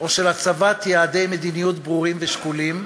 או של הצבת יעדי מדיניות ברורים ושקולים,